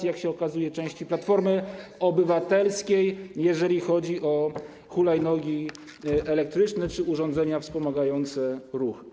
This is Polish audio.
i jak się okazuje, części Platformy Obywatelskiej, jeżeli chodzi o hulajnogi elektryczne czy urządzenia wspomagające ruch.